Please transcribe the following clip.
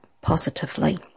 positively